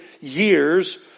years